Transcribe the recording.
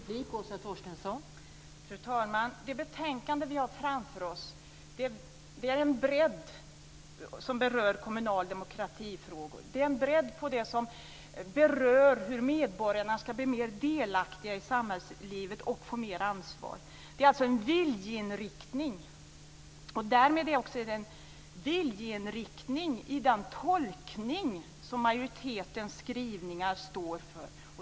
Fru talman! Betänkandet vi har framför oss visar en bredd i kommunala demokratifrågor. Det är fråga om en bredd i de frågor som berör hur medborgarna ska bli mer delaktiga i samhällslivet och få mer ansvar. Det är en viljeinriktning i den tolkning som majoritetens skrivningar står för.